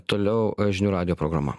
toliau a žinių radijo programa